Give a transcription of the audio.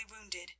wounded